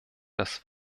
das